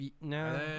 No